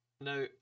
Now